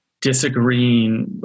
disagreeing